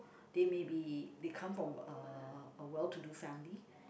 they may be they come from uh a well to do family